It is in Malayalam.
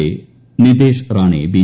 M Nitesh Rane B